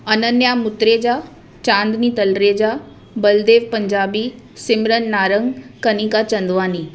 Ananya Mutreja Chandni Talreja Baldev Punjabi Simran Narang Kanika Chandwani